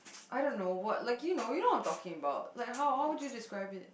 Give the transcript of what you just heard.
I don't know what like you know you know what I'm talking about like how how would you describe it